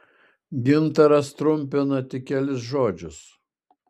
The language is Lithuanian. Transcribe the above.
gintaras trumpina tik kelis žodžius